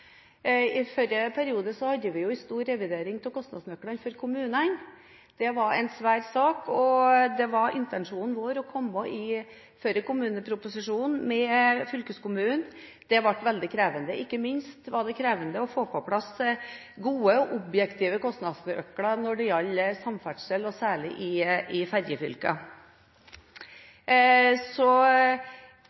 I forrige periode hadde vi en stor revidering av kostnadsnøklene for kommunene. Det var en svær sak. Det var intensjonen vår å komme med en sak om fylkeskommunen før kommuneproposisjonen – det ble veldig krevende. Ikke minst var det krevende å få på plass gode og objektive kostnadsnøkler når det gjaldt samferdsel, særlig i fergefylkene. Så